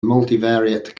multivariate